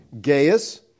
Gaius